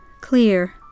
clear